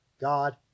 God